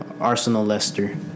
Arsenal-Leicester